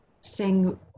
sing